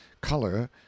color